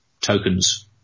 tokens